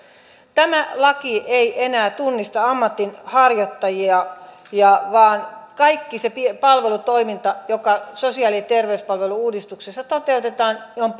tämä laki ei enää tunnista ammatinharjoittajia vaan kaikki se palvelutoiminta joka sosiaali ja terveyspalvelu uudistuksessa toteutetaan on